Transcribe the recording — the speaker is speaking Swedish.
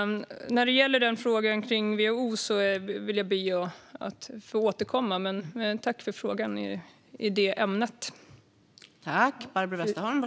När det gäller frågan om WHO vill jag be att få återkomma. Jag tackar dock för frågan i detta ämne.